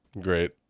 Great